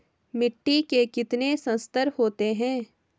मिट्टी के कितने संस्तर होते हैं?